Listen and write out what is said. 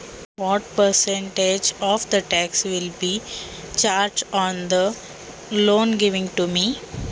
मला दिल्या जाणाऱ्या कर्जावर किती टक्के कर आकारला जाईल?